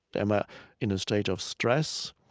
am i in a state of stress?